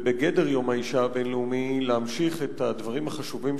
ובגדר יום האשה הבין-לאומי להמשיך את הדברים החשובים